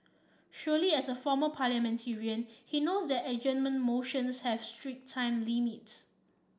surely as a former parliamentarian he knows that adjournment motions have strict time limits